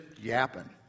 yapping